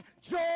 joy